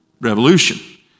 revolution